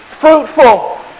Fruitful